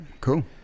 cool